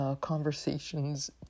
conversations